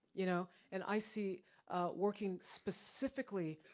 you know and i see working specifically,